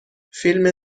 فیلم